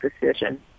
decision